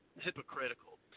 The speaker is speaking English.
hypocritical